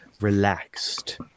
relaxed